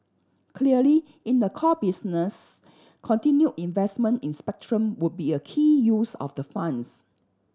clearly in the core business continued investment in spectrum would be a key use of the funds